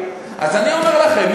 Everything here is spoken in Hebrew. אז אני אומר לכם,